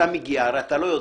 אתה מגיע, הרי אתה לא יודע.